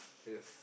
yes